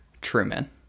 Truman